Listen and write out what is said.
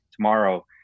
tomorrow